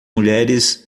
mulheres